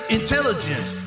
intelligence